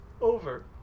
Over